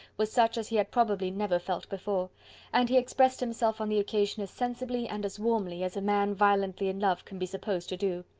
was such as he had probably never felt before and he expressed himself on the occasion as sensibly and as warmly as a man violently in love can be supposed to do.